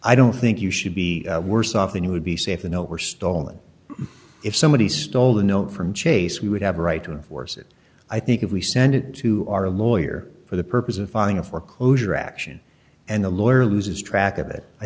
i don't think you should be worse off than you would be safe to know it were stolen if somebody stole the note from chase we would have a right to enforce it i think if we send it to our lawyer for the purpose of filing a foreclosure action and the lawyer loses track of it i